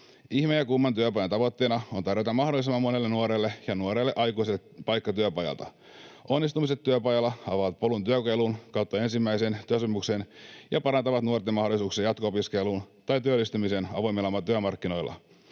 Ihme ja Kumma -työpajan tavoitteena on tarjota mahdollisimman monelle nuorelle ja nuorelle aikuiselle paikka työpajalta. Onnistumiset työpajalla avaavat polun työkokeilun kautta ensimmäiseen työsopimukseen ja parantavat nuorten mahdollisuuksia jatko-opiskeluun tai työllistymiseen avoimilla työmarkkinoilla.